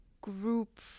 group